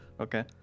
Okay